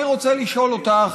אני רוצה לשאול אותך,